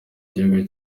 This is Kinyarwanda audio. gihugu